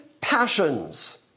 passions